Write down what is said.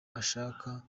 ashaka